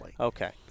Okay